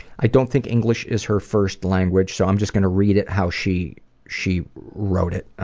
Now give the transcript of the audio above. i don't think english is her first language so i'm just going to read it how she she wrote it.